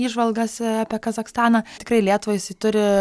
įžvalgas apie kazachstaną tikrai lietuvai jisai turi